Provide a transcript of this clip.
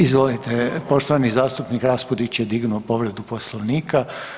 Izvolite, poštovani zastupnik RAspudić je digao povredu Poslovnika.